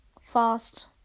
fast